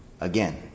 again